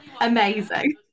amazing